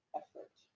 effort